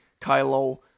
Kylo